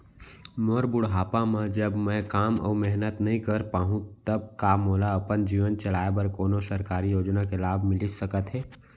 मोर बुढ़ापा मा जब मैं काम अऊ मेहनत नई कर पाहू तब का मोला अपन जीवन चलाए बर कोनो सरकारी योजना के लाभ मिलिस सकत हे?